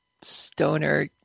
stoner